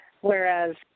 whereas